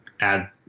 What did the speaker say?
add